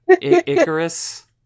Icarus